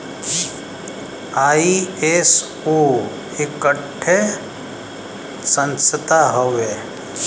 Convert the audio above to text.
ISO एक ठे संस्था हउवे